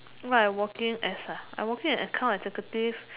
what I working as ah I working an account executive